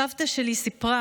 סבתא שלי סיפרה: